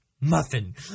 Muffin